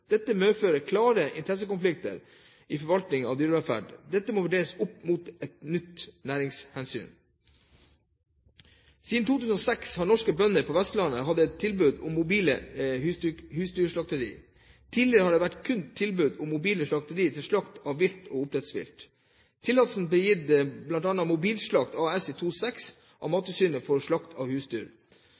Dette medfører klare interessekonflikter i forvaltningen av dyrevelferden, og dette må vurderes opp mot næringshensyn. Siden 2006 har norske bønder på Vestlandet hatt et tilbud om mobile husdyrslakterier. Tidligere har det kun vært tilbud om mobile slakterier til slakt av vilt og oppdrettsvilt. Tillatelse ble gitt til bl.a. Mobilslakt AS i 2006 av Mattilsynet til slakting av husdyr.